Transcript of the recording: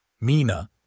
Mina